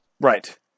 Right